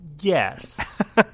yes